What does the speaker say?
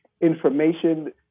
information